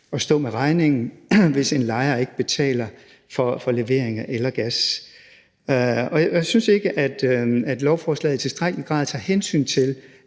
at stå med regningen, hvis en lejer ikke betaler for levering af el og gas. Jeg synes ikke, at lovforslaget i tilstrækkelig grad tager hensyn til,